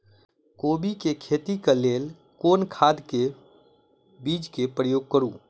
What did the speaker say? कोबी केँ खेती केँ लेल केँ खाद, बीज केँ प्रयोग करू?